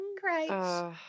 Great